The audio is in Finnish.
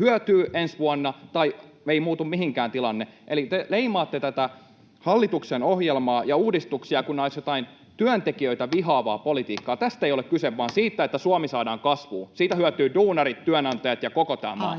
hyötyy ensi vuonna tai heillä ei muutu mihinkään tilanne. Te leimaatte tätä hallituksen ohjelmaa ja uudistuksia kuin se olisi jotain työntekijöitä vihaavaa politiikkaa. Tästä ei ole kyse vaan siitä, että Suomi saadaan kasvuun. Siitä hyötyvät duunarit, työnantajat ja koko tämä maa.